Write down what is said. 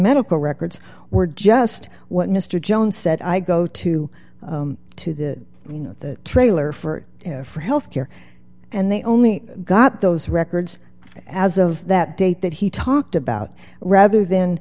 medical records were just what mr jones said i go to to the you know the trailer for for health care and they only got those records as of that date that he talked about rather than